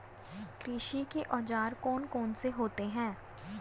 कृषि के औजार कौन कौन से होते हैं?